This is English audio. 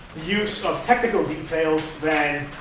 use of technical details than